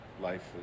Life